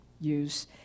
use